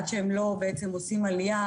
עד שהם לא עושים עלייה,